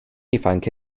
ifanc